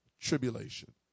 tribulation